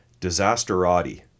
Disasterati